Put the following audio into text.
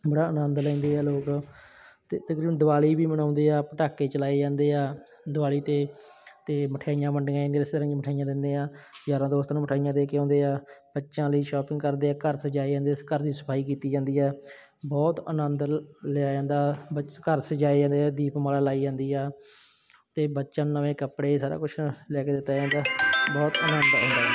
ਬੜਾ ਆਨੰਦ ਲੈਂਦੇ ਆ ਲੋਕ ਅਤੇ ਤਕਰੀਬਨ ਦੀਵਾਲੀ ਵੀ ਮਨਾਉਂਦੇ ਆ ਪਟਾਕੇ ਚਲਾਏ ਜਾਂਦੇ ਆ ਦੀਵਾਲੀ 'ਤੇ ਅਤੇ ਮਠਿਆਈਆਂ ਵੰਡੀਆਂ ਰਿਸ਼ਤੇਦਾਰਾਂ 'ਚ ਮਿਠਾਈਆਂ ਦਿੰਦੇ ਆਂ ਯਾਰਾਂ ਦੋਸਤਾਂ ਨੂੰ ਮਿਠਾਈਆਂ ਦੇ ਕੇ ਆਉਂਦੇ ਆ ਬੱਚਿਆਂ ਲਈ ਸ਼ੋਪਿੰਗ ਕਰਦੇ ਆ ਘਰ ਸਜਾਏ ਜਾਂਦੇ ਘਰ ਦੀ ਸਫਾਈ ਕੀਤੀ ਜਾਂਦੀ ਹੈ ਬਹੁਤ ਆਨੰਦ ਲਿਆ ਜਾਂਦਾ ਘਰ ਸਜਾਏ ਜਾਂਦੇ ਆ ਦੀਪਮਾਲਾ ਲਾਈ ਜਾਂਦੀ ਆ ਅਤੇ ਬੱਚਿਆਂ ਨੂੰ ਨਵੇਂ ਕੱਪੜੇ ਸਾਰਾ ਕੁਛ ਲੈ ਕੇ ਦਿੱਤਾ ਜਾਂਦਾ ਬਹੁਤ ਅਨੰਦ ਆਉਂਦਾ